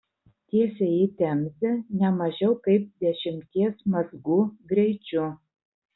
tiesiai į temzę ne mažiau kaip dešimties mazgų greičiu